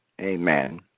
Amen